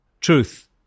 Truth